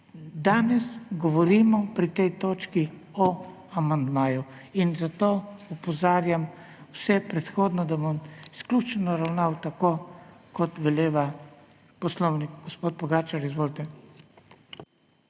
Danes govorimo pri tej točki o amandmaju in zato opozarjam vse predhodno, da bom izključno ravnal tako, kot veleva poslovnik. Gospod Pogačnik, izvolite.